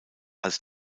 als